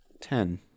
Ten